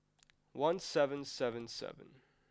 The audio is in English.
one seven seven seven